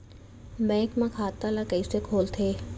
Bank म खाता ल कइसे खोलथे?